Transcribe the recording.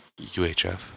UHF